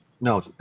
no